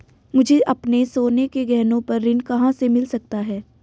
मुझे अपने सोने के गहनों पर ऋण कहां से मिल सकता है?